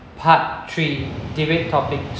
part three debate topic